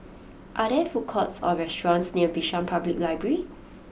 are there food courts or restaurants near Bishan Public Library